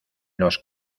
los